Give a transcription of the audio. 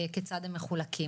כיצד הם מחולקים.